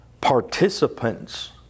participants